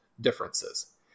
differences